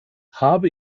habe